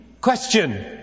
Question